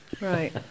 Right